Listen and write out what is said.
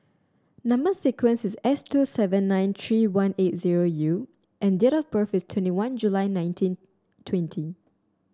number sequence is S two seven nine three one eight zero U and date of birth is twenty one July nineteen twenty